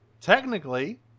technically